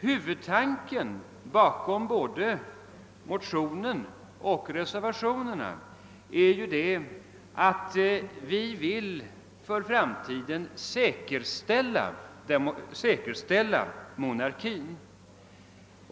Huvudtanken bakom såväl motionen som reservationerna är ju, att vi vill för framtiden säkerställa monarkin.